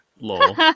Lol